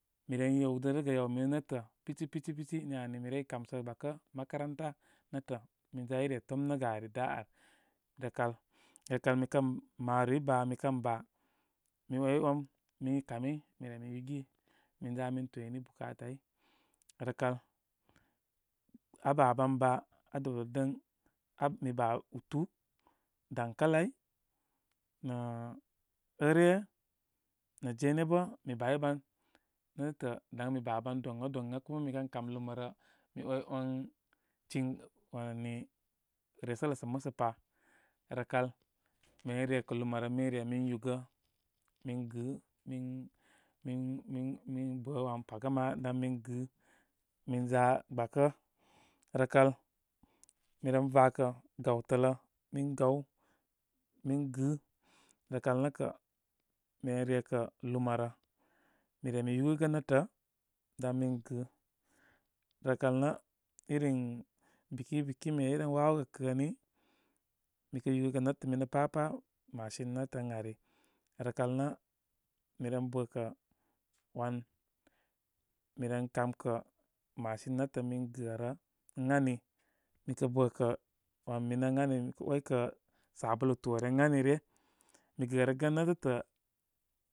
Miren yewdə rəgə yaw minu netə pici, pici, pici ni ani mi ney kamsəgə gbakə. Makaranta netə niŋ dani re tomnə gə ari da ār. Rə kal rəkal mi kə maroroi baa mi kən ba, mi 'way'wan mi kami. Mi re mi yug min za min toymi bukatai. Rəkal aa baban baa, aa dəwdədən. Ap mi ba ubartā, dankalai, nə ɨre nə' jene bə' mi bayi ban. Netətə' daŋ mi baban doŋa doŋa. Kuma mi kən kaw lumarə, mi 'way cin wan ani resələ sə' musə pa. Rəkal mi ren rekə lumarə min re min yugə min gɨ min, min. min, min bə' wan paga ma dan min gɨ minza gbakə. Rə kwal mi ren vakə' gawtaurnl lə. Min gaw min gi. Rəkal nə kə qui ren rekə' lumarə. lmi re mi yu gəgə, netə' daŋ mi gɨ. Rə kal nə irin biki, biki, mi regren wawo gə kə' ni, mi kə yugəgə netə' minə pa' pa'. Madubarne ne'tə' ari. Rəkal nə' mi ren bə' kə' wan. Mi ren kamkə' machine ne'tə' min gərə an ani, mikə bə' kə' wan minə ən ani. Mi kə' way kə' sabulu toone ən ani ryə. Mi gərəgən ne'tətə'.